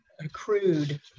accrued